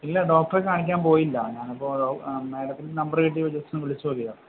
ഇല്ല ഡോക്ടറെ കാണിക്കാന് പോയില്ല ഞാനിപ്പോള് അ മാഡത്തിൻ്റെ നമ്പര് കിട്ടി ജസ്റ്റൊന്ന് വിളിച്ചുനോക്കിയതാണ്